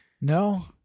no